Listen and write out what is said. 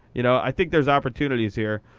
you know, i think there's opportunities here.